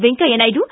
Venkaiah Naidu